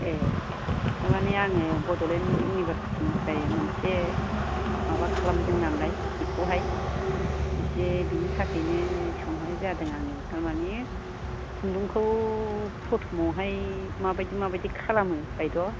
ए तारमाने आङो बड'लेण्ड इउनिभार्सिति निफ्राय मोनसे माबा खालामदों नालाय बेखौहाय इसे बेनि थाखायनो सोंहरनाय जादों आङो तारमाने खुन्दुंखौ प्रथ'मावहाय माबायदि माबायदि खालामो बायद'